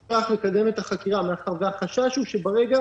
ממושך לקדם את החקירה מאחר והחשש הוא שברגע